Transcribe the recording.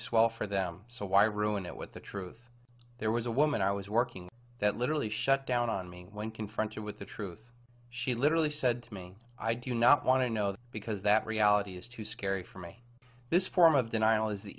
swell for them so why ruin it with the truth there was a woman i was working that literally shut down on me when confronted with the truth she literally said to me i do not want to know that because that reality is too scary for me this form of denial is the